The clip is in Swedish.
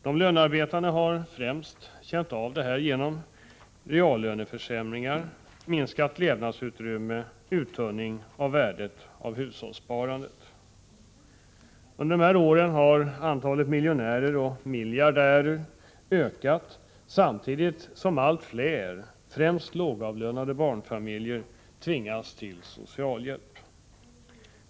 De lönarbetande har främst känt av detta genom reallöneförsämringar, minskat levnadsutrymme och uttunning av värdet av hushållssparandet. Under dessa år har antalet miljonärer och miljardärer ökat samtidigt som allt fler, främst lågavlönade barnfamiljer, tvingats till socialhjälp.